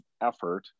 effort